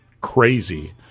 crazy